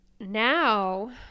now